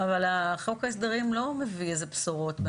אבל החוק ההסדרים לא מביא איזה בשורות בנושא.